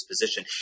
position